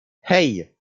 hey